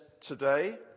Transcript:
today